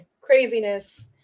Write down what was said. Craziness